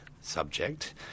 subject